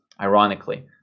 ironically